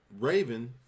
Raven